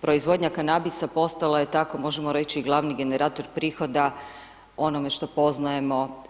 Proizvodnja kanabisa postala je tako možemo reći i glavni generator prihoda onome što poznajemo